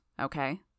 okay